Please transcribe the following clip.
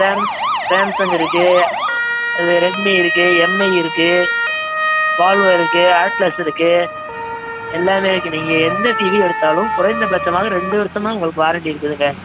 same Samsung இருக்குது ரெ Redmi இருக்குது எம்ஐ இருக்குது வால்வோ இருக்குது ஆட் ப்ளஸ் இருக்குது எல்லாமே விற்கிது நீங்கள் எந்த டிவி எடுத்தாலும் குறைந்தபட்சமாக ரெண்டு வருஷமா உங்களுக்கு வாரண்ட்டி இருக்குதுங்க